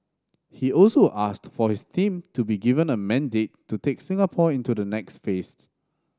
he also asked for his team to be given a mandate to take Singapore into the next phased